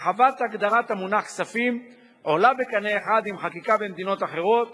הרחבת הגדרת המונח "כספים" עולה בקנה אחד עם חקיקה במדינות אחרות